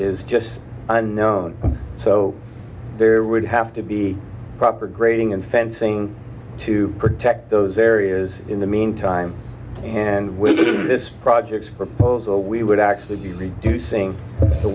is just unknown so there would have to be proper grading and fencing to protect those areas in the meantime and with this project proposal we would actually use to sing the